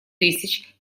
тысяч